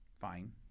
Fine